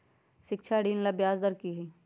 शिक्षा ऋण ला ब्याज दर कि हई?